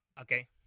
Okay